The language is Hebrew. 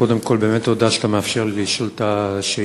קודם כול באמת תודה שאתה מאפשר לי לשאול את השאילתה